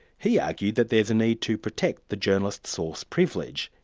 he argued that there's a need to protect the journalist's source privilege,